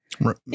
Right